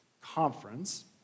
conference